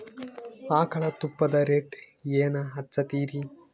ಆಕಳ ತುಪ್ಪದ ರೇಟ್ ಏನ ಹಚ್ಚತೀರಿ?